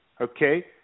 Okay